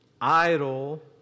idle